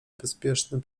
bezpieczny